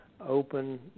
open